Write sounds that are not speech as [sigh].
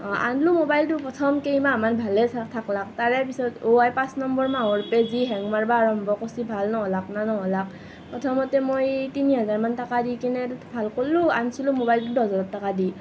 আনিলো ম'বাইলটো প্ৰথম কেইমাহমান ভালেই থাকিলে তাৰে পাছত ৱাই পাঁচ নম্বৰ মাহৰ পৰা যি হেং মাৰিব আৰম্ভ কৰিছে ভাল নহ'ল [unintelligible] নহ'ল আকৌ প্ৰথমতে মই তিনি হেজাৰমান টকা দি কিনে এইটো ভাল কৰিলোঁ আনিছিলোঁ মবাইলটো দছ হেজাৰ টকা দি